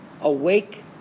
awake